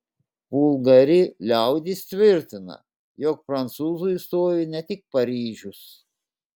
vulgari liaudis tvirtina jog prancūzui stovi ne tik paryžius